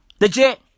Legit